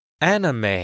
Anime